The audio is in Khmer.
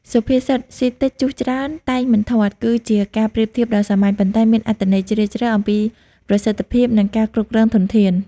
សុភាសិត "ស៊ីតិច ជុះច្រើនតែងមិនធាត់" គឺជាការប្រៀបធៀបដ៏សាមញ្ញ ប៉ុន្តែមានអត្ថន័យជ្រាលជ្រៅអំពីប្រសិទ្ធភាព និងការគ្រប់គ្រងធនធាន។